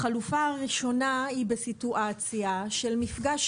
החלופה הראשונה היא בסיטואציה של מפגש